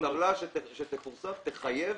הטבלה שתפורסם תחייב,